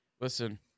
Listen